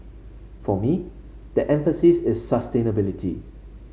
for me the emphasis is sustainability